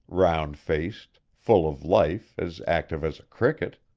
round-faced, full of life, as active as a cricket.